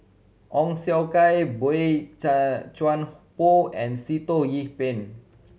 Ong Siong Kai Boey Chuan Poh and Sitoh Yih Pin